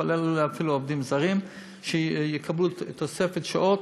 כולל אפילו עובדים זרים שיקבלו תוספת שעות,